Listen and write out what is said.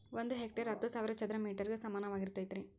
ಒಂದ ಹೆಕ್ಟೇರ್ ಹತ್ತು ಸಾವಿರ ಚದರ ಮೇಟರ್ ಗ ಸಮಾನವಾಗಿರತೈತ್ರಿ